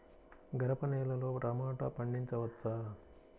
గరపనేలలో టమాటా పండించవచ్చా?